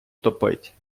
топить